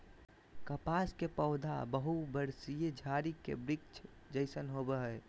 कपास के पौधा बहुवर्षीय झारी के वृक्ष जैसन होबो हइ